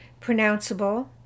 pronounceable